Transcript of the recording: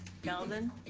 galvin?